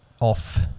off